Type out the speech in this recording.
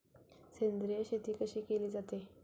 सेंद्रिय शेती कशी केली जाते?